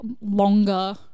longer-